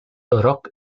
rock